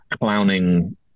clowning